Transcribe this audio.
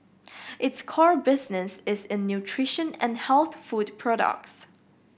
its core business is in nutrition and health food products